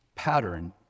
pattern